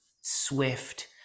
swift